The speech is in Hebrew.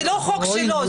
זה לא חוק שלו.